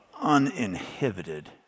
uninhibited